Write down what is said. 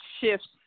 shifts